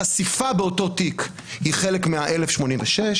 החשיפה באותו תיק היא חלק מה-1,086.